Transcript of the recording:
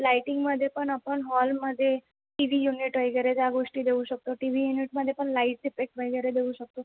लायटिंगमध्ये पण आपण हॉलमध्ये टी वी युनिट वगैरे या गोष्टी देऊ शकतो टी वी युनिटमध्ये पण लाईट इफेक्ट वगैरे देऊ शकतो